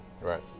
right